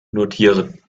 notieren